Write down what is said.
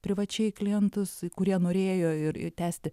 privačiai klientus kurie norėjo ir ir tęsti